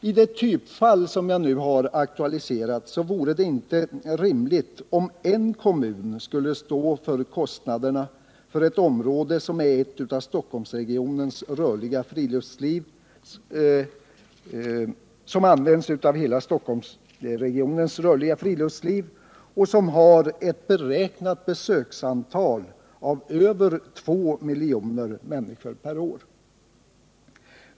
I det typfall som jag nu har aktualiserat vore det rimligt om en kommun skulle stå för kostnaderna för ett område som används av hela Stockholmsregionens rörliga friluftsliv och som har ett beräknat besöksantal av över 2 miljoner människor per år.